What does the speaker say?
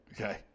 Okay